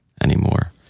anymore